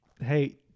Hey